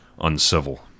uncivil